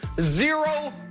Zero